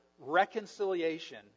reconciliation